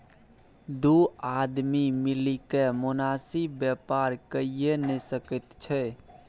दू आदमी मिलिकए मोनासिब बेपार कइये नै सकैत छै